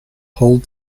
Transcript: hold